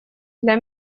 для